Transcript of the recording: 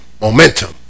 Momentum